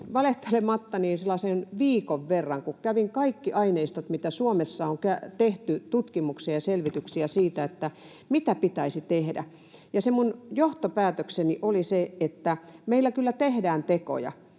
sellaisen viikon verran, kun kävin läpi kaikki aineistot, mitä Suomessa on tehty tutkimuksia ja selvityksiä siitä, mitä pitäisi tehdä, ja minun johtopäätökseni oli se, että meillä kyllä tehtiin tekoja